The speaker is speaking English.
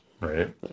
Right